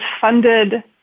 funded